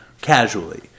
casually